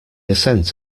ascent